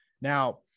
Now